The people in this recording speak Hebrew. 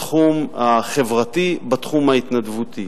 בתחום החברתי, בתחום ההתנדבותי,